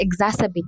exacerbate